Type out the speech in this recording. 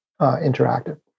interactive